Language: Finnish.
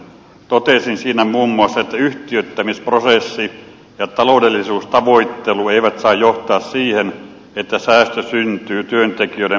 totesin siinä muun muassa että yhtiöittämisprosessi ja taloudellisuustavoittelu eivät saa johtaa siihen että säästö syntyy työntekijöiden pussista ja selkänahasta